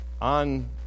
on